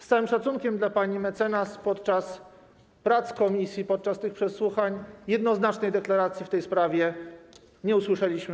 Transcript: Z całym szacunkiem dla pani mecenas: podczas prac komisji, podczas tych przesłuchań, jednoznacznej deklaracji w tej sprawie nie usłyszeliśmy.